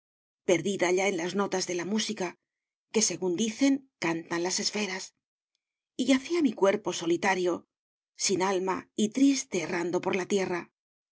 perdida allá en las notas de la música que según dicen cantan las esferas y yacía mi cuerpo solitario sin alma y triste errando por la tierra